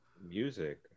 music